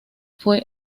fue